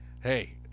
Hey